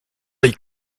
very